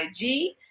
IG